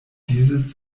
dieses